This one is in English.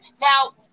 Now